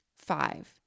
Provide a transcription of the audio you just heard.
Five